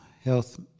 Health